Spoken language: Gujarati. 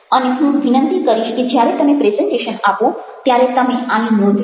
અને હું વિનંતી કરીશ કે જ્યારે તમે પ્રેઝન્ટેશન આપો ત્યારે તમે આની નોંધ લો